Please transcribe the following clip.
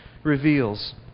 reveals